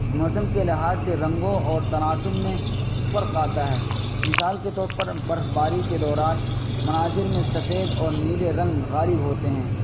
موسم کے لحاظ سے رنگوں اور تناسب میں فرق آتا ہے مثال کے طور پر برف باری کے دوران مناظر میں سفید اور نیلے رنگ غالب ہوتے ہیں